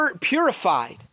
purified